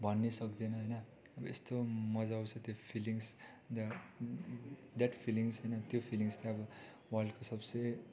भन्नै सक्दैन होइन अब यस्तो मजा आउँछ त्यो फिलिङ्ग्स द्या द्याट फिलिङ्ग्स होइन त्यो फिलिङ्ग्स चाहिँ अब वर्ल्डको सबसे